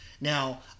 Now